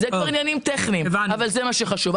אלה עניינים טכניים, אבל זה מה שחשוב.